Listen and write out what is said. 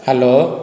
hello